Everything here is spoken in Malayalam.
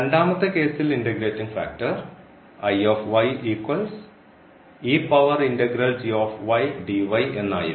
രണ്ടാമത്തെ കേസിൽ ഇൻറഗ്രേറ്റിംഗ് ഫാക്ടർ എന്നായിരുന്നു